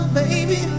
baby